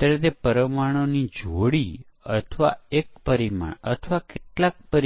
કારણ કે બધા તેની સાથે પરિચિત છો